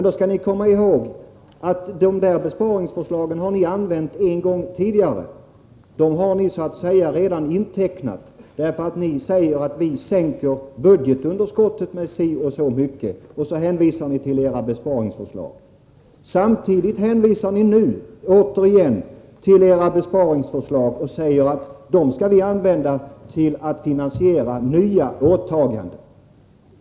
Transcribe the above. Då skall ni komma ihåg att dessa besparingar har ni använt en gång tidigare. Dem har ni så att säga redan intecknat. Ni säger att ni sänker budgetunderskottet med si och så mycket och sedan hänvisar ni till era besparingsförslag. Samtidigt som ni återigen hänvisar till era besparingsförslag säger ni att ni skall använda dessa besparingar till att finansiera nya åtaganden.